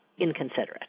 inconsiderate